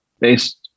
based